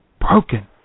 broken